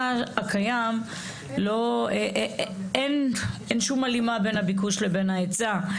הקיים אין שום הלימה בין הביקוש לבין ההיצע.